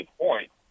point